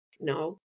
no